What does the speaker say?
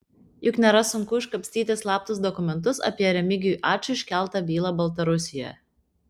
juk nėra sunku iškapstyti slaptus dokumentus apie remigijui ačui iškeltą bylą baltarusijoje